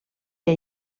que